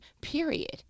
Period